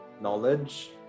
knowledge